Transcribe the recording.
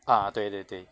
ah 对对对